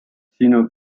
sino